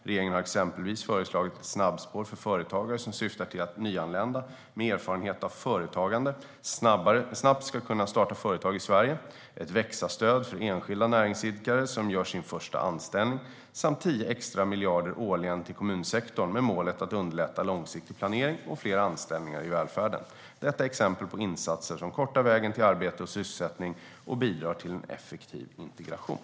Regeringen har exempelvis föreslagit ett snabbspår för företagare som syftar till att nyanlända med erfarenhet av företagande snabbt ska kunna starta företag i Sverige, ett växa-stöd för enskilda näringsidkare som gör sin första anställning samt 10 miljarder extra årligen till kommunsektorn, med målet att underlätta långsiktig planering och fler anställningar i välfärden. Detta är exempel på insatser som kortar vägen till arbete och sysselsättning och bidrar till en effektiv integration.